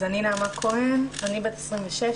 אני בת 26,